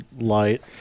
light